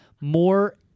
more